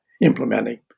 implementing